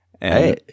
Hey